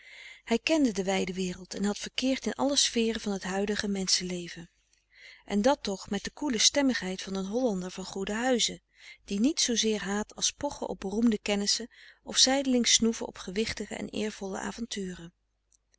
hij kende de wijde wereld en had verkeerd in alle sferen van t huidige menschenleven en dat toch met de koele stemmigheid van een hollander van goeden huize die niets zoozeer haat als pochen op beroemde kennissen of zijdelings snoeven op gewichtige en eervolle avonturen